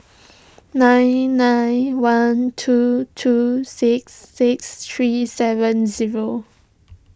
nine nine one two two six six three seven zero